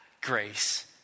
Grace